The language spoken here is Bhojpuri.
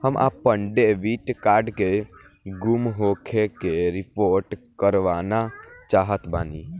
हम आपन डेबिट कार्ड के गुम होखे के रिपोर्ट करवाना चाहत बानी